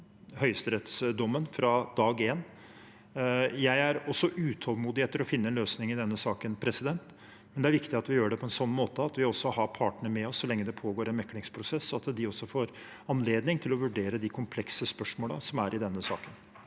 høyesterettsdommen fra dag én. Jeg er også utålmodig etter å finne en løsning i denne saken, men det er viktig at vi gjør det på en sånn måte at vi har partene med oss så lenge det pågår en meklingsprosess, og at de også får anledning til å vurdere de komplekse spørsmålene i denne saken.